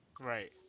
Right